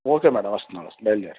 okay madam వస్తున్నాను వస్ బయల్దేరాను